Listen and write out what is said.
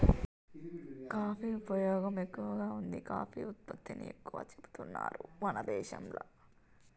coffee ఉపయోగం ఎక్కువగా వుంది కాఫీ ఉత్పత్తిని ఎక్కువ చేపడుతున్నారు మన దేశంల